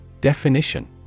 Definition